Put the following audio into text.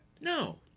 No